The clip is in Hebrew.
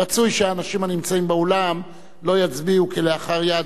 רצוי שהאנשים הנמצאים באולם לא יצביעו כלאחר יד,